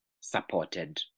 supported